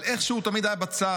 אבל איכשהו הוא תמיד היה בצד.